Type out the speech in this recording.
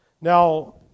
Now